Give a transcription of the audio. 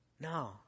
No